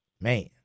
Man